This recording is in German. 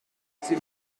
sie